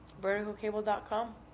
VerticalCable.com